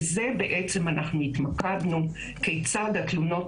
בזה בעצם אנחנו התמקדנו: כיצד התלונות